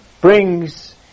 brings